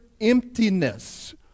emptiness